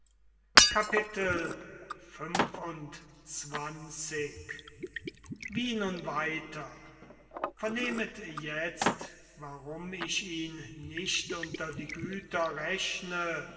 x wie nun weiter vernehmet jetzt warum ich ihn nicht unter die güter rechne